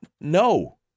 No